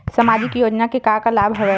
सामाजिक योजना के का का लाभ हवय?